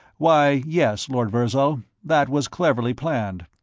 why, yes, lord virzal that was cleverly planned.